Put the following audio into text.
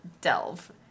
Delve